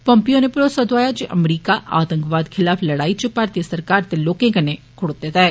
Pompeo होरें भरोसा दोआया जे अमरीका आतंकवाद खिलाफ लड़ाई च भारतीय सरकार ते लोकें कन्नै खड़ोते दा ऐ